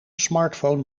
smartphone